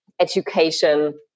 education